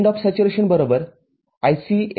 ८५० ०